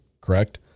correct